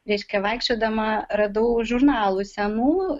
reiškia vaikščiodama radau žurnalų senų